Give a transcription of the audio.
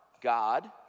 God